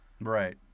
Right